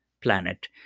planet